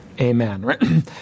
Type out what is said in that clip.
Amen